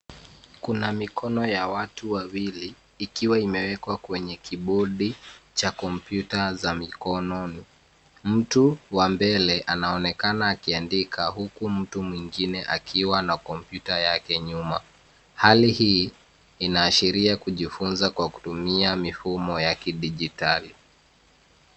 Kuna mikono ya watu wawili ikiwa imewekwa kwenye kibodi cha kompyuta za mikononi. Mtu wa mbele anaonekana akiandika huku mtu mwingine akiwa na kompyuta yake nyuma. Hali hii inaashiria kujifunza kwa kutumia mifumo ya kidijitali.